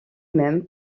même